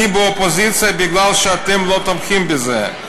אני באופוזיציה מפני שאתם לא תומכים בזה,